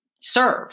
serve